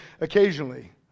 occasionally